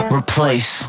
replace